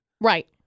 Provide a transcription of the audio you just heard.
Right